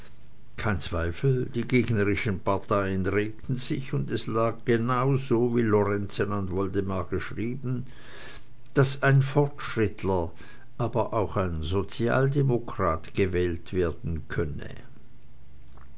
kein zweifel die gegnerischen parteien regten sich und es lag genau so wie lorenzen an woldemar geschrieben daß ein fortschrittler aber auch ein sozialdemokrat gewählt werden könne